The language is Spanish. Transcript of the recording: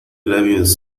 labios